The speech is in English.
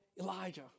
Elijah